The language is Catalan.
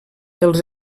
els